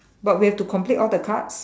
but we have to complete all the cards